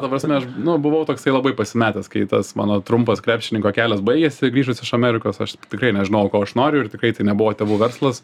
ta prasme aš buvau toksai labai pasimetęs kai tas mano trumpas krepšininko kelias baigėsi grįžus iš amerikos aš tikrai nežinojau ko aš noriu ir tikrai tai nebuvo tėvų verslas